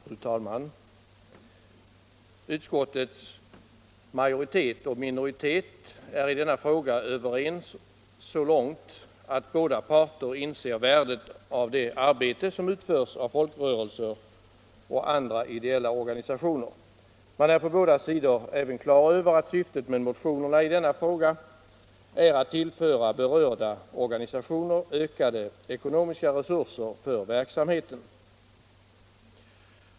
Fru talman! Utskottets majoritet och minoritet är i denna fråga överens så långt att båda parter inser värdet av det arbete som utförs av folkrörelser och andra ideella organisationer. Man är på båda sidor även på det klara med att syftet med motionerna i denna fråga är att tillföra berörda organisationer ökade ekonomiska resurser för verksamheten.